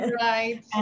Right